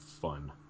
fun